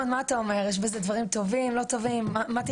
בהחלט שיהיה לנו שבוע מוצלח וקל, מלא בחקיקות.